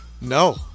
No